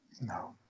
No